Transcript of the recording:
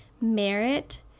merit